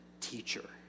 teacher